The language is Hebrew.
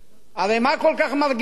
הרי מה כל כך מרגיז היום?